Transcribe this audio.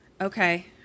Okay